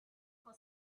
for